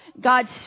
God's